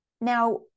now